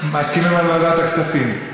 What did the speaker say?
מסכימים על ועדת הכספים.